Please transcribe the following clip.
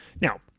Now